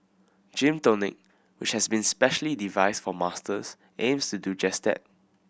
Gym Tonic which has been specially devised for Masters aims to do just that